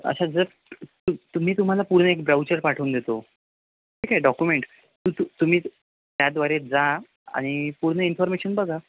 अशा जर तू तु मी तुम्हाला पूर्ण एक ब्राऊचर पाठवून देतो ठीक आहे डॉकुमेंट तू तू तुम्ही त्याद्वारे जा आणि पूर्ण इन्फॉर्मेशन बघा